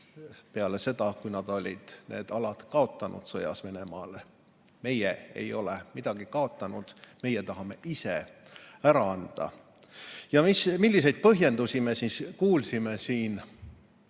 peale seda, kui nad olid need alad kaotanud sõjas Venemaale. Meie ei ole midagi kaotanud, meie tahame ise ära anda. Milliseid põhjendusi me siis kuulsime siin?